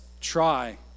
try